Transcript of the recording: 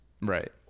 Right